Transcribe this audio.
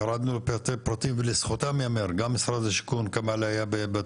ירדנו לפרטי פרטים ולזכותם ייאמר גם משרד השיכון היה בתמונה,